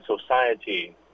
society